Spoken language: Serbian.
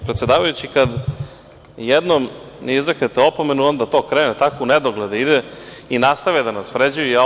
Predsedavajući, kada jednom ne izreknete opomenu onda to krene tako u nedogled, ide i nastave da nas vređaju.